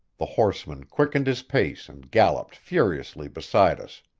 the horseman quickened his pace and galloped furiously beside us.